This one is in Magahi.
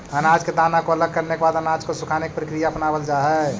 अनाज के दाना को अलग करने के बाद अनाज को सुखाने की प्रक्रिया अपनावल जा हई